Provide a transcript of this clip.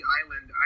island